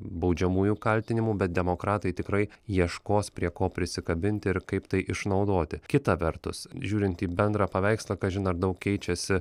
baudžiamųjų kaltinimų bet demokratai tikrai ieškos prie ko prisikabinti ir kaip tai išnaudoti kita vertus žiūrint į bendrą paveikslą kažin ar daug keičiasi